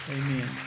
Amen